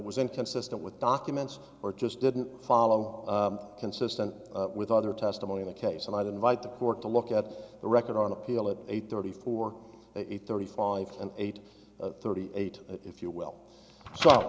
it was inconsistent with documents or just didn't follow consistent with other testimony in the case and i'd invite the court to look at the record on appeal at eight thirty for a thirty five and eight thirty eight if you will